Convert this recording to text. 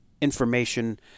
information